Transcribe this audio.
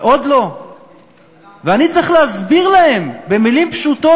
ואני צריך להסביר להם במילים פשוטות